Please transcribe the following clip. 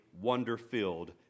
wonder-filled